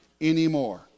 anymore